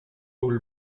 all